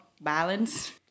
balance